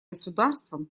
государствам